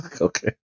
Okay